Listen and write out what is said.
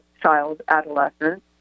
child-adolescent